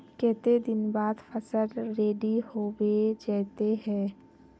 केते दिन बाद फसल रेडी होबे जयते है?